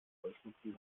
heuschnupfen